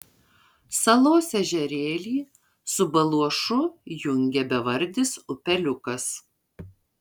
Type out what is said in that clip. salos ežerėlį su baluošu jungia bevardis upeliukas